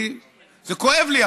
זה כואב לי,